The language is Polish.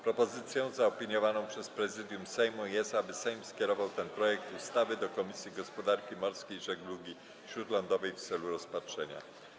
Propozycją zaopiniowaną przez Prezydium Sejmu jest, aby Sejm skierował ten projekt ustawy do Komisji Gospodarki Morskiej i Żeglugi Śródlądowej w celu rozpatrzenia.